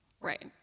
Right